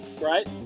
right